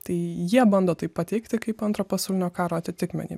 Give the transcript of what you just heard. tai jie bando tai pateikti kaip antro pasaulinio karo atitikmenį